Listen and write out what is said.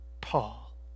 Paul